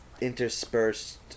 interspersed